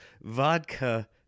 vodka